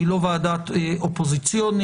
היא לא ועדה אופוזיציונית.